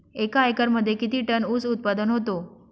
एका एकरमध्ये किती टन ऊस उत्पादन होतो?